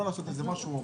לא לעשות משהו רוחבי,